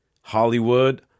Hollywood